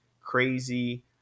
crazy